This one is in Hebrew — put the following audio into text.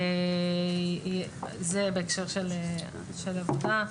זה בהקשר של עבודה.